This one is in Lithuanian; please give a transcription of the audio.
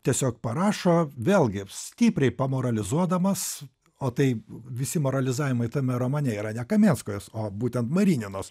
tiesiog parašo vėlgi stipriai moralizuodamas o tai visi moralizavimai tame romane yra ne kamenskajos o būtent marininos